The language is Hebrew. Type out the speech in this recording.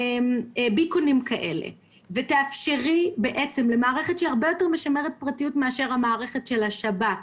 ביקונים ולאפשר מערכת שהיא הרבה יותר משמרת פרטיות מאשר המערכת של השב"כ,